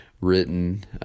written